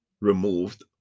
removed